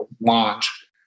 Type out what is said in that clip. launch